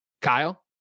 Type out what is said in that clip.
Kyle